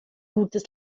gutes